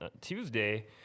Tuesday